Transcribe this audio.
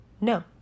No